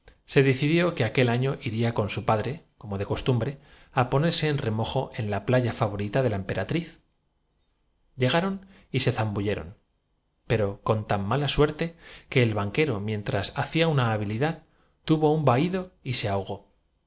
se decidió que aquel año iría con su padre sencillez de clara y las inocentes ocurrencias de jua como de costumbre á ponerse en remojo en la playa nita que hija de la tierrasin dejar de serlo de su pa favorita de la emperatriz llegaron y se zambulleron dre y de su madre difuntos largaba una fresca al pero con tan mala suerte que el banquero mientras lucero del alba en ese tono mayor que usa la gente de hacía una habilidad tuvo un vahído y se ahogó su